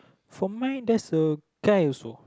for mine that's a guy also